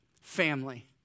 family